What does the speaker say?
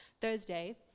Thursday